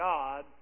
God